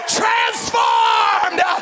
transformed